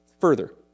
further